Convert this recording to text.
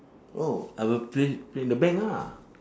oh I will put in put in the bank lah